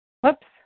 Whoops